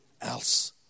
else